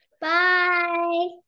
Bye